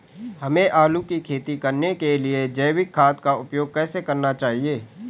हमें आलू की खेती करने के लिए जैविक खाद का उपयोग कैसे करना चाहिए?